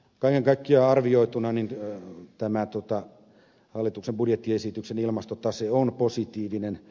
kaiken kaikkiaan arvioituna tämä hallituksen budjettiesityksen ilmastotase on positiivinen